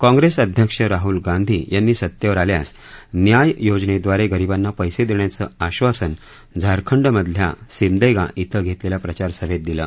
काँग्रेस अध्यक्ष राहूल गांधी यांनी सत्तेवर आल्यास न्याय योजनेद्वारे गरिबांना पैसे देण्याचं आश्वासन झारखंडमधल्या सिमदेगा श्वि घेतलेल्या प्रचारसभेत दिलं